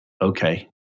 okay